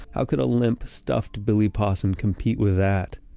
how could a limp, stuffed bill possum compete with that?